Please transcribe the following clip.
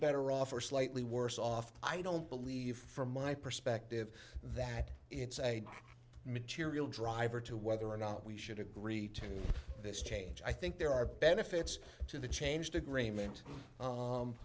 better off or slightly worse off i don't believe from my perspective that it's a material driver to whether or not we should agree to this change i think there are benefits to the changed agreement